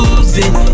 Losing